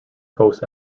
posts